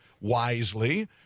wisely